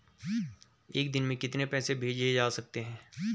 एक दिन में कितने पैसे भेजे जा सकते हैं?